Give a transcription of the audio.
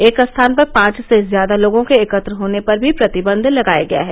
एक स्थान पर पांच से ज्यादा लोगों के एकत्र होने पर भी प्रतिबंध लगाया गया है